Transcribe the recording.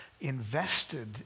Invested